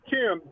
Kim